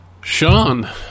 Sean